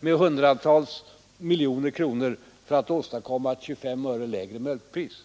med hundratals miljoner kronor för att åstadkomma ett 25 öre lägre mjölkpris.